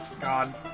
god